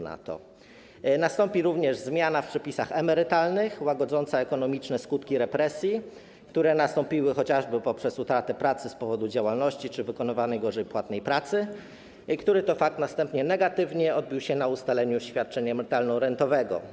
Nastąpi również zmiana w przepisach emerytalnych łagodząca ekonomiczne skutki represji, które nastąpiły chociażby w wyniku utraty pracy z powodu działalności czy wykonywania gorzej płatnej pracy, który to fakt następnie negatywnie odbił się na wysokości świadczenia emerytalno-rentowego.